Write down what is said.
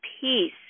peace